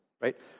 right